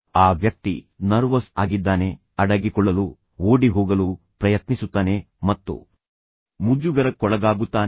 ಆ ವ್ಯಕ್ತಿ ನರ್ವಸ್ ಆಗಿದ್ದಾನೆ ಅಡಗಿಕೊಳ್ಳಲು ಓಡಿಹೋಗಲು ಪ್ರಯತ್ನಿಸುತ್ತಾನೆ ಮತ್ತು ಮುಜುಗರಕ್ಕೊಳಗಾಗುತ್ತಾನೆ